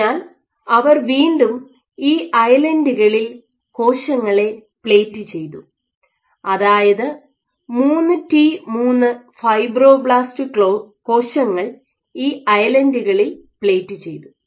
അതിനാൽ അവർ വീണ്ടും ഈ ഐലൻഡുകളിൽ കോശങ്ങളെ പ്ലേറ്റ് ചെയ്തു അതായത് 3 ടി 3 ഫൈബ്രോബ്ലാസ്റ്റ് കോശങ്ങൾ ഈ ഐലൻഡുകളിൽ പ്ലേറ്റ് ചെയ്തു